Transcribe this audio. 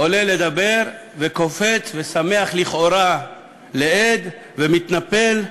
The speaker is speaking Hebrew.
עולה לדבר, וקופץ ושמח לכאורה לאיד, ומתנפל.